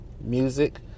Music